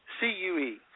C-U-E